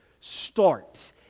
start